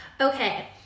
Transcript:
okay